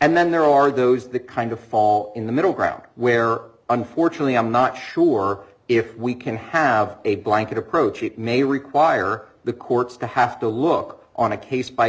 and then there are those the kind of fall in the middle ground where unfortunately i'm not sure if we can have a blanket approach it may require the courts to have to look on a case by